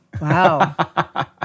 Wow